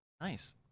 nice